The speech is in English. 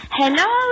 hello